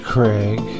Craig